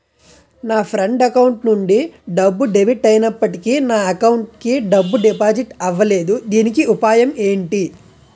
నా friend account నుండి డబ్బు డెబిట్ అయినప్పటికీ నా అకౌంట్ కి డబ్బు డిపాజిట్ అవ్వలేదుదీనికి ఉపాయం ఎంటి?